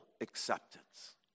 acceptance